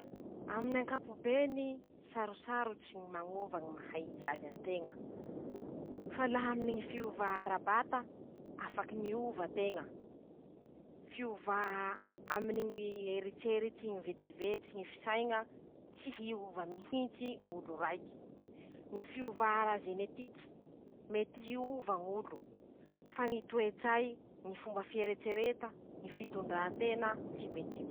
Amin'ankapobeny ,sarosarotsy ñy mañova ñy maha izy azy anteña; fa laha aminy ñy fiovà ara-bata afaky miova teña. Fiova a aminy ñy eritseritsy, ñy vetsivetsy, ñy fisaiña tsy hiova mihintsy ñ'olo raiky, ñy fiovà ara-zenetiky, mety hiova ñ'olo, fa ñy toetsay, Ñy fomba fieretsereta, ñy fitondran-tena tsy m<...>.